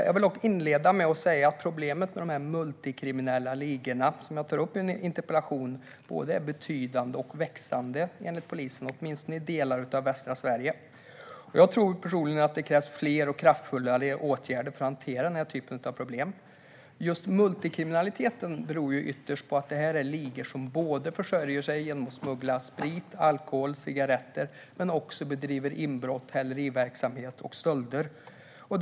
Jag vill dock inleda med att säga att problemet med de multikriminella ligorna, som jag tar upp i min interpellation, både är betydande och växande, enligt polisen, åtminstone i delar av västra Sverige. Jag tror personligen att det krävs fler kraftfulla åtgärder för att hantera den typen av problem. Just multikriminaliteten beror ytterst på att detta är ligor som försörjer sig både genom att smuggla sprit, alkohol och cigaretter och genom att göra inbrott, bedriva häleriverksamhet och göra stölder.